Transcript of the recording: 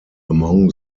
among